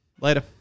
Later